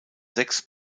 sechs